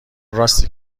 راسته